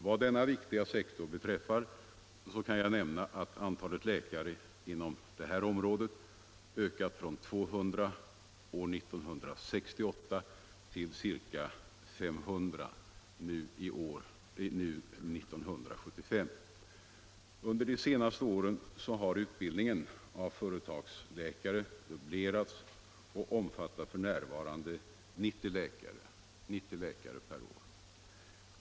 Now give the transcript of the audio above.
Vad denna viktiga sektor beträffar kan jag nämna att antalet läkare inom området ökat från 200 år 1968 till ca 500 nu år 1975. Under de senaste åren har utbildningen av företagsläkare dubblerats och omfattar f. n. 90 läkare per år.